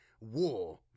war